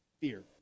fear